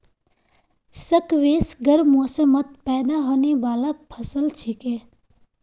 squash गर्म मौसमत पैदा होने बाला फसल छिके